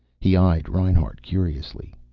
he eyed reinhart curiously.